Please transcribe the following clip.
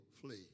flee